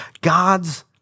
God's